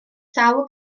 sawl